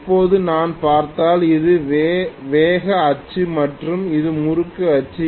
இப்போது நான் பார்த்தால் இது வேக அச்சு மற்றும் இது முறுக்கு அச்சு